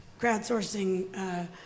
crowdsourcing